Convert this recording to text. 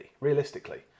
Realistically